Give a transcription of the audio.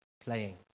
playing